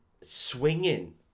swinging